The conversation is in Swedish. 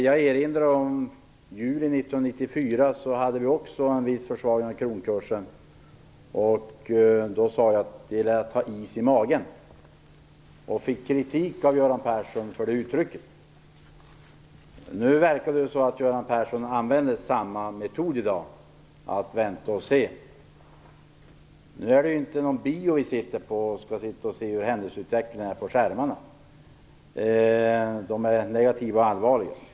Jag erinrar om att i juli 1994 hade vi också en viss försvagning av kronkursen. Då sade jag att det gäller att ha is i magen. Jag fick kritik av Göran Persson för det uttrycket. Nu verkar det som om Göran Persson i dag använder samma metod - att vänta och se. Vi sitter nu inte på någon bio där man kan se händelseutvecklingen på skärmar. Den är negativ och allvarlig.